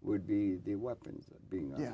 would be the weapons being yeah